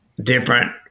different